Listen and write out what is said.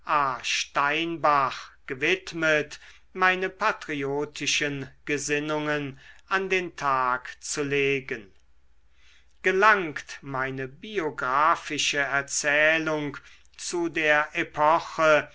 steinbach gewidmet meine patriotischen gesinnungen an den tag zu legen gelangt meine biographische erzählung zu der epoche